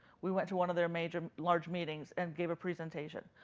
we went to one of their major large meetings and gave a presentation,